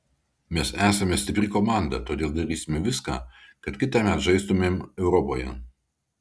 mes esame stipri komanda todėl darysime viską kad kitąmet žaistumėm europoje